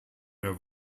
mehr